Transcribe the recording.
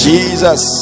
Jesus